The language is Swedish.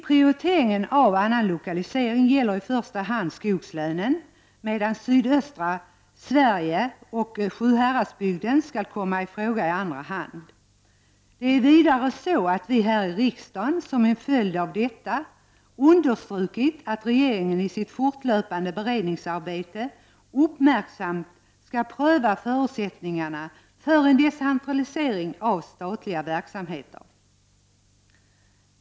Prioriteringen av annan lokalisering gäller i första hand skogslänen, medan sydöstra Sverige och Sjuhäradsbygden skall komma i fråga i andra hand. Riksdagen har som en följd av detta understrukit att regeringen i sitt fortlöpande beredningsarbete uppmärksamt skall pröva förutsättningarna för en decentralisering av statliga verksamheter.